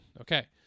Okay